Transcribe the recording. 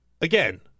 again